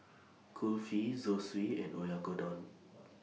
Kulfi Zosui and Oyakodon